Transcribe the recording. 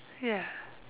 ya